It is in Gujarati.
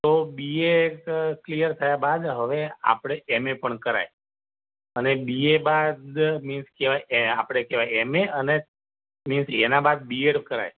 તો બી એ એક ક્લીઅર થયા બાદ હવે આપણે એમ એ પણ કરાઈ અને બી એ બાદ મીન્સ કહેવાય એ આપણે કહેવાય એમ એ અને મીન્સ એના બાદ બી એડ કરાઈ